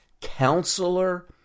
counselor